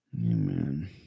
Amen